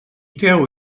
treu